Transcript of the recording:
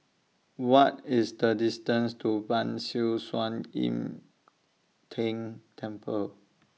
What IS The distance to Ban Siew San Im Tng Temple